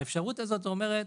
האפשרות הזאת אומרת